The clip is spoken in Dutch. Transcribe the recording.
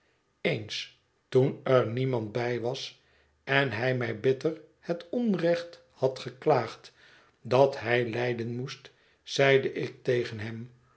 eens toen er niemand bij was en hij mij bitter het onrecht had geklaagd dat hij lijden moest zeide ik tegen hem